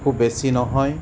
খুব বেছি নহয়